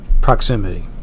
proximity